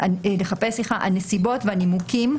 הנסיבות והנימוקים